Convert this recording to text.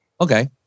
Okay